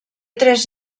tres